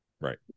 Right